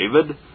David